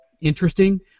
Interesting